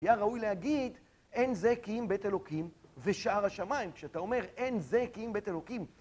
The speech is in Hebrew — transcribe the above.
היה ראוי להגיד אין זה כי אם בית אלוקים ושער השמיים כשאתה אומר אין זה כי אם בית אלוקים